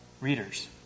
readers